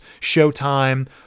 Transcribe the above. Showtime